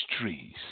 trees